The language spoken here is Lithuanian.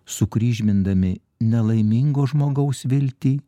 sukryžmindami nelaimingo žmogaus viltį